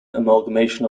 amalgamation